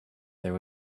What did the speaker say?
there